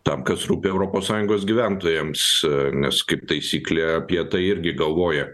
tam kas rūpi europos sąjungos gyventojams nes kaip taisyklė apie tai irgi galvoja